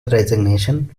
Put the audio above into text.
resignation